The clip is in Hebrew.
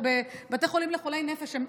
בבתי חולים לחולי נפש הם